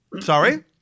Sorry